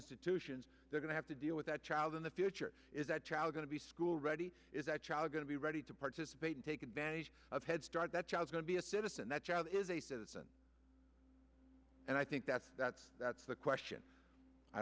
institutions they're going have to deal with that child in the future is that child going to be school ready is that child going to be ready to participate in take advantage of head start that child going to be a citizen that child is a citizen and i think that's that's that's the question i